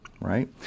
right